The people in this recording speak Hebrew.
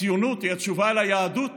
הציונות היא התשובה ליהדות